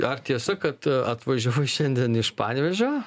ar tiesa kad a atvažiavai šiandien iš panevėžio